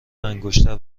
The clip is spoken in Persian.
انگشتر